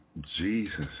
Jesus